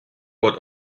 what